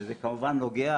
וזה כמובן נוגע